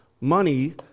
money